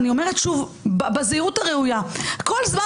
אני אומרת שוב בזהירות הראויה: כל זמן